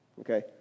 okay